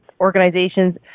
organizations